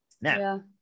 Now